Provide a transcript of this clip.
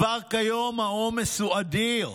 כבר כיום העומס הוא אדיר.